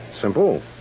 Simple